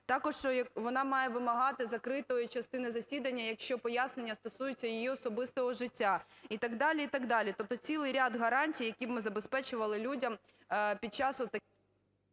Також вона має вимагати закритої частини засідання, якщо пояснення стосуються її особистого життя. І так далі, і так далі, тобто цілий ряд гарантій, які б ми забезпечували людям під час… ГОЛОВУЮЧИЙ.